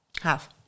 half